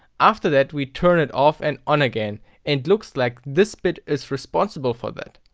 after that we turned it off and on again, and it looks like this bit is responsible for that.